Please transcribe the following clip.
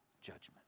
Judgment